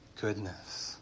goodness